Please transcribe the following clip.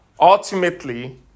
ultimately